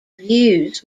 views